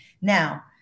Now